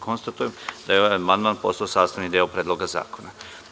Konstatujem da je ovaj amandman postao sastavni deo Predloga zakona.